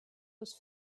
was